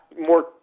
more